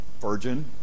Virgin